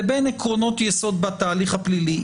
לבין עקרונות יסוד בתהליך הפלילי.